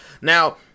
Now